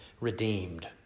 redeemed